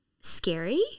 scary